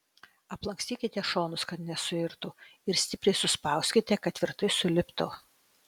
aplankstykite šonus kad nesuirtų ir stipriai suspauskite kad tvirtai suliptų